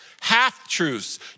half-truths